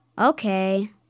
Okay